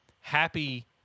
happy